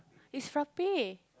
is frappe